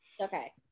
Okay